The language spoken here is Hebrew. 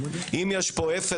אם יש פה 0,